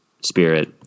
spirit